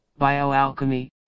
bioalchemy